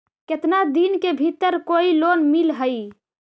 केतना दिन के भीतर कोइ लोन मिल हइ?